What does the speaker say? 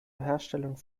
herstellung